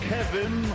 Kevin